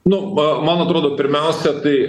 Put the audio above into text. nu ma man atrodo pirmiausia tai